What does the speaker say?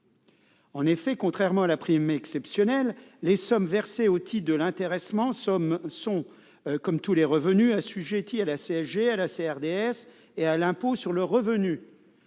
En effet, contrairement à la prime exceptionnelle, les sommes versées au titre de l'intéressement sont, comme tous les revenus, assujetties à la CSG, à la CRDS et à l'impôt sur le revenu.